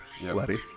Bloody